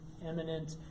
eminent